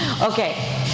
Okay